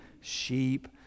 sheep